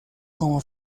como